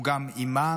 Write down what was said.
הוא גם אימאם,